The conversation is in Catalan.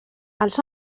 els